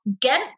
get